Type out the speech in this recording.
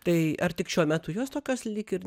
tai ar tik šiuo metu jos tokios lyg ir